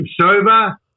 sober